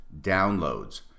downloads